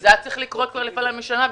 וזה היה צריך לקרות לפני למעלה משנה,